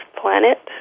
planet